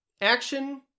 action